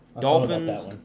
Dolphins